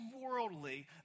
worldly